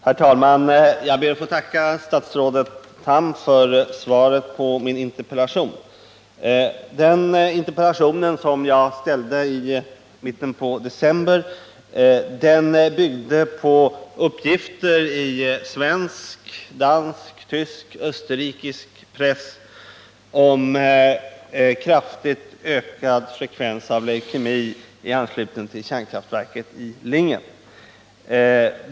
Herr talman! Jag ber att få tacka statsrådet Tham för svaret på min interpellation. Den interpellationen, som jag framställde i mitten på december, byggde på uppgifter i svensk, dansk, tysk och österrikisk press om kraftigt ökad frekvens av leukemi i anslutning till kärnkraftverket i Lingen.